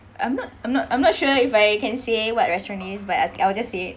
I'm not I'm not I'm not sure if I can say what restaurant it is but I I'll just say it